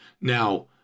Now